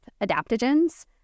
adaptogens